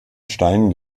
steinen